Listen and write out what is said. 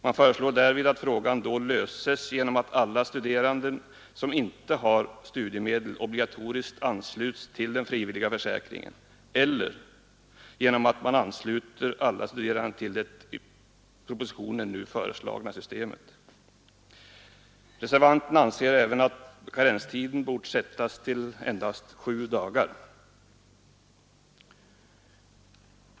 Man föreslår därvid att frågan löses genom att alla studerande som inte har studiemedel obligatoriskt ansluts till den frivilliga försäkringen eller genom att man ansluter alla studerande till det i propositionen föreslagna systemet. Reservanterna anser även att karenstiden borde sättas till endast sju dagar.